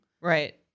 Right